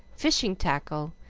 fishing-tackle,